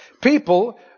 people